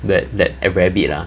that that a rabbit ah